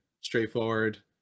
straightforward